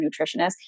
nutritionist